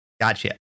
Gotcha